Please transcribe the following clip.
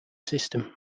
system